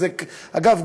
אגב,